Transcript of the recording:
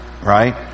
right